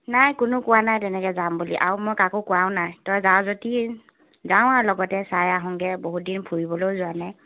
নাই কোনো কোৱা নাই তেনেকৈ যাম বুলি আৰু মই কাকো কোৱাও নাই তই যাব যদি যাওঁ আৰু লগতে চাই আহোগৈ বহুতদিন ফুৰিবলৈও যোৱা নাই